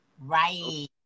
Right